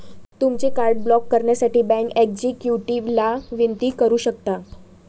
तुमचे card block करण्यासाठी bank एक्झिक्युटिव्हला विनंती करू शकता